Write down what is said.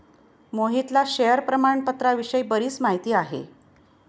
मोहितला शेअर प्रामाणपत्राविषयी बरीच माहिती आहे